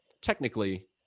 technically